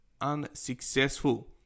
unsuccessful